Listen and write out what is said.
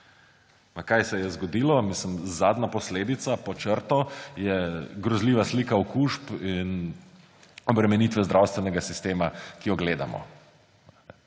Kaj se je zgodilo? Mislim, zadnja posledica, pod črto, je grozljiva slika okužb in obremenitve zdravstvenega sistema, ki jo gledamo.